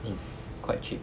is quite cheap